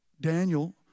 Daniel